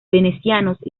venecianos